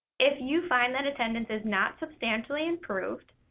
if you find that attendance has not substantially improved,